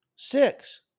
Six